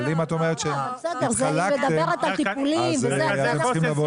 אבל אם את אומרת שהתחלקתם הם צריכים לבוא בנפרד.